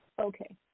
Okay